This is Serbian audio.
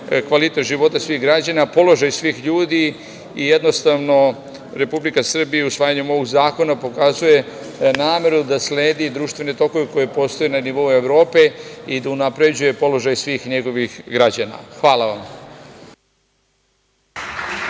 kvalitet života građana, položaj svih ljudi i jednostavno, Republika Srbija usvajanjem ovog zakona pokazuje nameru da sledi društvene tokove koji postoje na nivou Evrope i da unapređuje položaj svih njenih građana. Hvala vam.